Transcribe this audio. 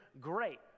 great